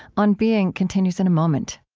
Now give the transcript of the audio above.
on being continues in a moment